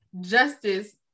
justice